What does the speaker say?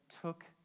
took